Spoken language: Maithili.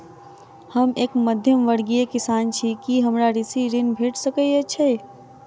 हम एक मध्यमवर्गीय किसान छी, की हमरा कृषि ऋण भेट सकय छई?